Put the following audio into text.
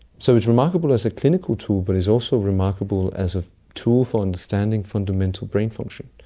so it's remarkable as a clinical tool, but it's also remarkable as a tool for understanding fundamental brain function.